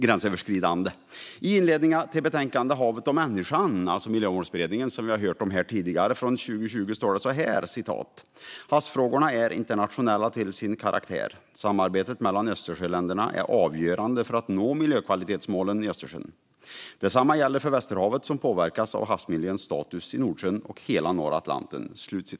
I inledningen till Miljömålsberedningens betänkande Havet och människan från 2020, som vi har hört om tidigare här, står det: "Havsfrågorna är internationella till sin karaktär. Samarbetet mellan Östersjöländerna är avgörande för att nå miljökvalitetsmålen i Östersjön. Detsamma gäller för Västerhavet, som påverkas av havsmiljöns status i Nordsjön och hela norra Atlanten."